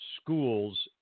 schools